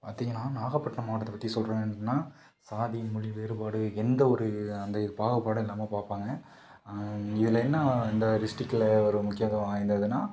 பார்த்திங்கனா நாகப்பட்டினம் மாவட்டத்தை பற்றி சொல்றதுனா சாதி மொழி வேறுபாடு எந்த ஒரு அந்த பாகுபாடும் இல்லாமல் பார்ப்பாங்க இதில் என்ன இந்த டிஸ்டிக்ட்டில் ஒரு முக்கியத்துவம் வாய்ந்ததுனா